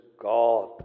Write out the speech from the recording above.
God